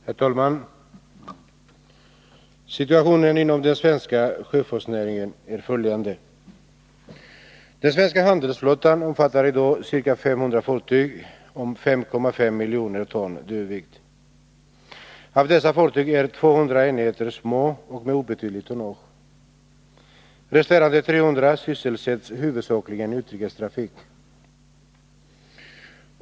Herr talman! Situationen inom den svenska sjöfartsnäringen är följande. Den svenska handelsflottan omfattar i dag ca 500 fartyg om 5,5 miljoner dödviktton. Av dessa fartyg är 200 enheter små och med obetydligt tonnage. Resterande 300 sysselsätts huvudsakligen i utrikes trafik.